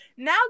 Now